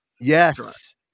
Yes